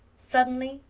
suddenly,